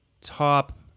top